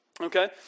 Okay